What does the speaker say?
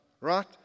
right